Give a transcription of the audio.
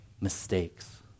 mistakes